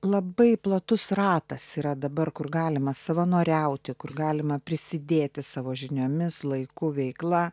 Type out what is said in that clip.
labai platus ratas yra dabar kur galima savanoriauti kur galima prisidėti savo žiniomis laiku veikla